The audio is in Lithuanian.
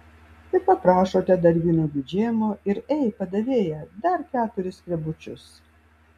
ir paprašote dar vynuogių džemo ir ei padavėja dar keturis skrebučius